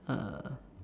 err